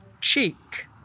cheek